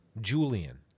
Julian